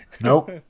nope